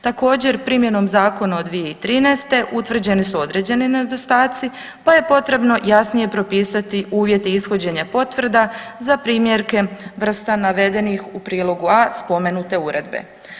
Također primjenom zakona od 2013. utvrđeni su određeni nedostatci, pa je potrebno jasnije propisati uvjete ishođenja potreba za primjerke vrsta navedenih u prilogu a) spomenute uredbe.